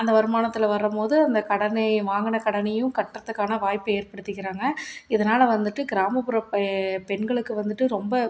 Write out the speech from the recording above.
அந்த வருமானத்தில் வர மொது அந்த கடனையும் வாங்கின கடனையும் கட்டுகிறதுக்கான வாய்ப்பை ஏற்படுத்திக்கிறாங்க இதனால் வந்துட்டு கிராமப்புற பெ பெண்களுக்கு வந்துட்டு ரொம்ப